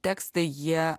tekstai jie